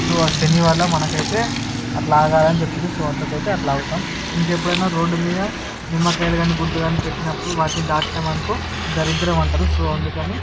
so ఆ శని వల్ల మనకైతే మనకి అట్లా ఆగాలని చెప్పిండ్రు సో అందుకైతే అట్లా ఆగుతాం ఇంకా ఎప్పుడైనా రోడ్డు మీద నిమ్మకాయలు కానీ గుడ్లు కానీ పెట్టినప్పుడు వాటిని దాటినాము అనుకో దరిద్రము అంటారు సో అందుకని